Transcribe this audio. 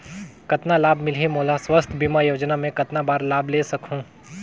कतना लाभ मिलही मोला? स्वास्थ बीमा योजना मे कतना बार लाभ ले सकहूँ?